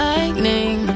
Lightning